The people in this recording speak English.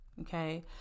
Okay